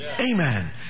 Amen